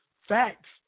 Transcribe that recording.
facts